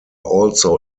also